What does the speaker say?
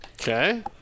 Okay